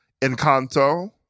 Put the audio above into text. Encanto